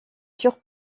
sur